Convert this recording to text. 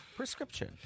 Prescription